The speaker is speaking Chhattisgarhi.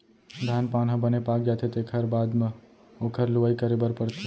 धान पान ह बने पाक जाथे तेखर बाद म ओखर लुवई करे बर परथे